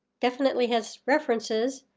definitely has references.